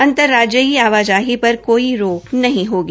अंतर राज्यीय आवाजाही पर कोई रोक नहीं होगी